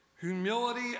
humility